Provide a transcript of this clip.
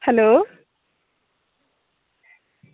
hello